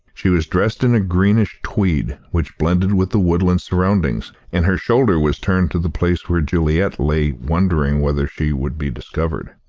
she was dressed in a greenish tweed, which blended with the woodland surroundings, and her shoulder was turned to the place where juliet lay wondering whether she would be discovered.